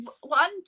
one